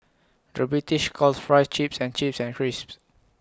the British calls Fries Chips and chips and crisps